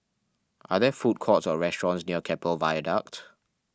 are there food courts or restaurants near Keppel Viaduct